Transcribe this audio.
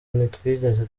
ntitwigeze